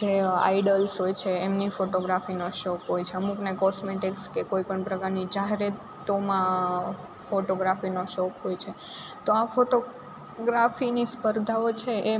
જે આઇડલ્સ હોય છે એમની ફોટોગ્રાફીનો શોખ હોય છે અમૂકને કોસ્મેટિક્સ કે કોઈપણ પ્રકારની જાહેરાતોમાં ફોટોગ્રાફીનો શોખ હોય છે તો આ ફોટોગ્રાફીની સ્પર્ધાઓ છે એ